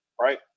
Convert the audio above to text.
right